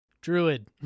druid